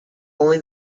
only